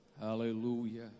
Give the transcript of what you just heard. Hallelujah